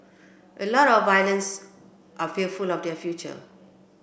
a lot of violence are fearful of their future